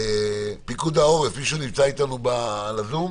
פיקוד העורף, מישהו נמצא איתנו בזום?